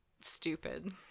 stupid